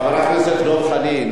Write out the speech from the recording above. חבר הכנסת דב חנין,